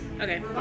Okay